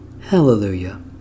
Hallelujah